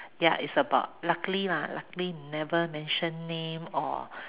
ya it's about luckily lah luckily never mention name or